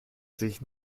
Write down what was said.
sich